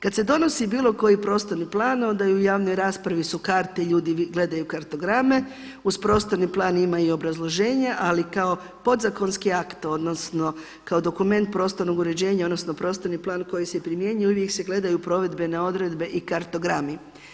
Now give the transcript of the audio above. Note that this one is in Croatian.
Kada se donosi bilo koji prostorni plan onda i u javnoj raspravi su karte, ljudi gledaju kartograme, uz prostorni plan ima i obrazloženje, ali kao podzakonski akt odnosno kao dokument prostornog uređenja odnosno prostorni plan koji se primjenjuje uvijek se gledaju provedbene odredbe i kartogrami.